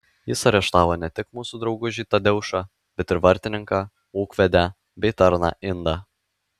jis areštavo ne tik mūsų draugužį tadeušą bet ir vartininką ūkvedę bei tarną indą